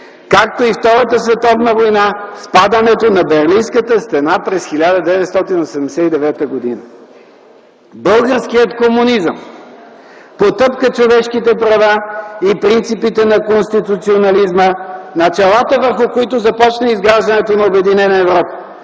както и Втората световна война, с падането на Берлинската стена през 1989 г. Българският комунизъм потъпка човешките права и принципите на конституционализма – началата, върху които започна изграждането на обединена Европа.